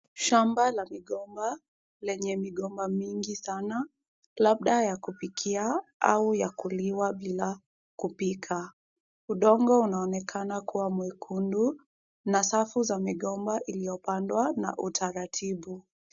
Shamba la migomba lenye migomba mingi sana, labda ya kupikwa au ya kuliwa bila kupikwa. Udongo unaonekana kuwa mwekundu na safu ya migomba iliyopangwa kwa utaratibu.